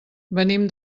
venim